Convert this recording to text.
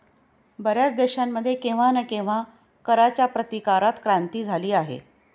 बर्याच देशांमध्ये केव्हा ना केव्हा कराच्या प्रतिकारात क्रांती झाली आहे